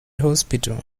hospital